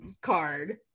card